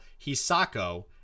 Hisako